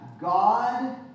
God